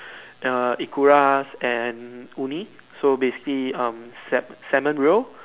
err ikura and uni so basically um salmon roe